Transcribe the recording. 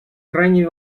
крайне